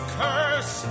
curse